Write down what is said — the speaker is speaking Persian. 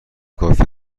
کافی